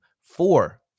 four